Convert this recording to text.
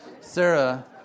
Sarah